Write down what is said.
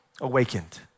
awakened